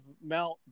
Mount